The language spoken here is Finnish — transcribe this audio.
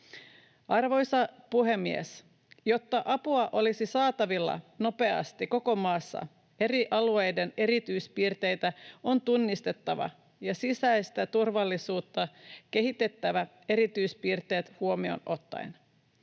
Arvoisa puhemies! Jotta apua olisi saatavilla nopeasti koko maassa, eri alueiden erityispiirteitä on tunnistettava ja sisäistä turvallisuutta kehitettävä erityispiirteet huomioon ottaen.